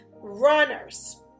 runners